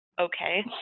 okay